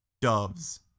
Doves